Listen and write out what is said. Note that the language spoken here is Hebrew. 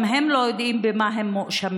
גם הם לא יודעים במה הם מואשמים.